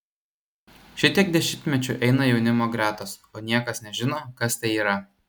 šitiek dešimtmečių eina jaunimo gretos o niekas nežino kas tai yra